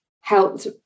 helped